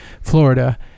Florida